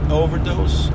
overdose